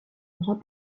bras